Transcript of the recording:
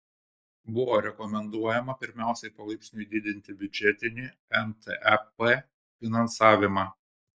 buvo rekomenduojama pirmiausia palaipsniui didinti biudžetinį mtep finansavimą